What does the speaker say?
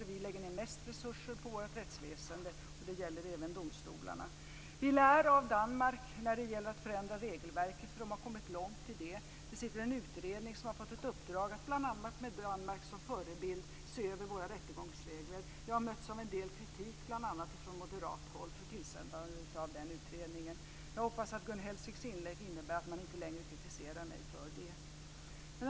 Vi lägger ned mest resurser på vårt rättsväsende, och det gäller även domstolarna. Vi lär av Danmark när det gäller att förändra regelverket, för där har man kommit långt i det avseendet. Det sitter en utredning som har fått ett uppdrag att med bl.a. Danmark som förebild se över våra rättegångsregler. Jag har mötts av en del kritik, bl.a. från moderat håll, för tillsättandet av denna utredning. Jag hoppas att Gun Hellsviks inlägg innebär att jag inte längre kritiseras för detta.